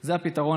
זה הפתרון.